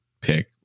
pick